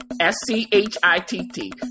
S-C-H-I-T-T